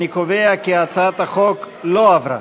אני קובע כי הצעת החוק לא עברה.